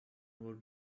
would